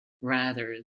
rather